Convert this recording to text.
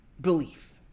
Belief